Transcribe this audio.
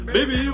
Baby